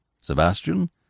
Sebastian